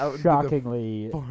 shockingly